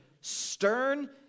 stern